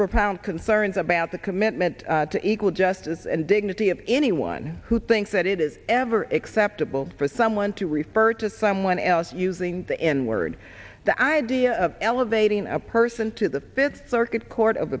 profound concerns about the commitment to equal justice and dignity of anyone who thinks that it is ever acceptable for someone to refer or to someone else using the n word the idea of elevating a person to the fifth circuit court of